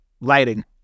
Lighting